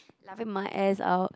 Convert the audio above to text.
laughing my ass out